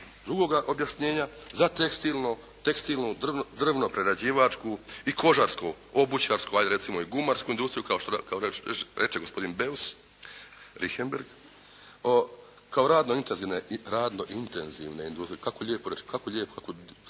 drugoga objašnjenja. Za tekstilno, tekstilnu, drvno-prerađivačku i kožarsko-obućarsku ajde recimo i gumarsku industriju kao što reče gospodin Beus-Richembergh kao radno intenzivne, radno intenzivne industrije. Kako lijepo, kako